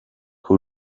who